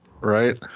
Right